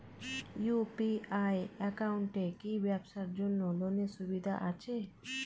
UPI একাউন্টে কি ব্যবসার জন্য লোনের সুবিধা আছে?